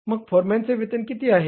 मग फोरमॅनचे वेतन किती आहे